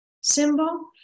symbol